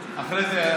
אחרי זה.